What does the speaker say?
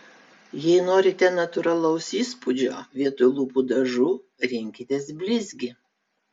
jei norite natūralaus įspūdžio vietoj lūpų dažų rinkitės blizgį